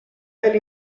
del